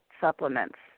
supplements